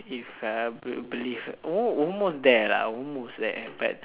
if uh be~ believe oh almost there lah almost there but